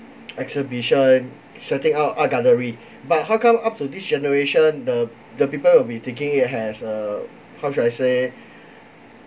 exhibition setting out art gallery but how come up to this generation the the people will be taking it has err how should I say